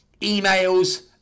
emails